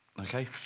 okay